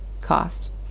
cost